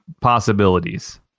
possibilities